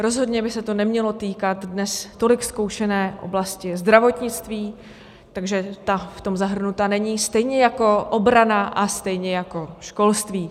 Rozhodně by se to nemělo týkat dnes tolik zkoušené oblasti zdravotnictví, ta v tom zahrnuta není, stejně jako obrana a stejně jako školství.